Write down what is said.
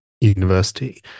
university